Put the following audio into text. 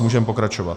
Můžeme pokračovat.